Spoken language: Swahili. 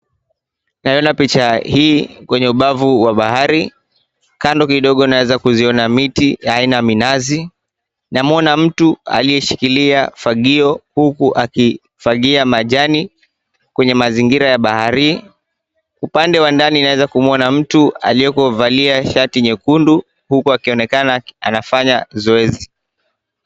Naiona picha hii kwenye ubava wa bahari, kando kidogo naezakuziona miti aina ya minazi, namuona mtu aliyeshikilia fagio huku akifangia majani kwenye mazingira ya bahari, upande wa ndani naeza kumuona mtu aliyekovalia shati nyekundu huku akionekana anafanya zoezi.